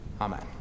Amen